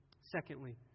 Secondly